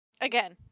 Again